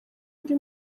undi